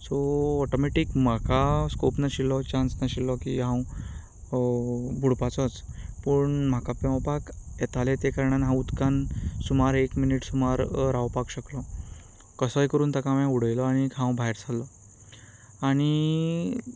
so automatic म्हाका scope नाशिल्लो chance नाशिल्लो की हांव बुडपाचोच पूण म्हाका पेंवपाक येतालें ते कारणान हांव उदकान सुमार एक मिनट सुमार रावपाक शकलों कसोय करून ताका हांवें उडयलों आनी हांव भायर सरलों आनी